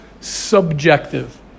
subjective